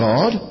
God